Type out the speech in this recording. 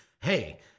Hey